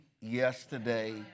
yesterday